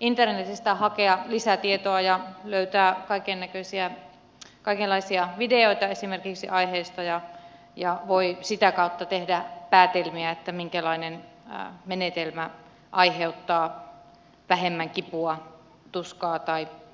internetistä hakea lisätietoa ja löytää esimerkiksi kaikenlaisia videoita aiheesta ja voi sitä kautta tehdä päätelmiä minkälainen menetelmä aiheuttaa vähemmän kipua tuskaa tai pelkoa